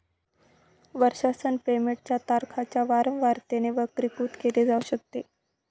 वर्षासन पेमेंट च्या तारखांच्या वारंवारतेने वर्गीकृत केल जाऊ शकत